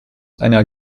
einer